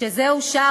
וסבור